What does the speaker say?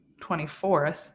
24th